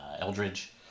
Eldridge